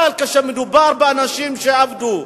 אבל כשמדובר באנשים שעבדו,